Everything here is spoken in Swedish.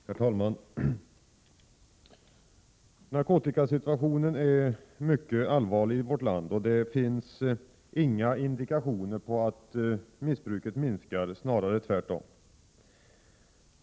Herr talman! Narkotikasituationen är mycket allvarlig i vårt land. Det finns inga indikationer på att missbruket minskar — snarare tvärtom.